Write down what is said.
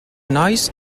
nois